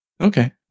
Okay